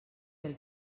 pel